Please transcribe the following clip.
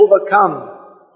overcome